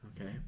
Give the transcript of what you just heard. Okay